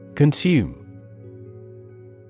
Consume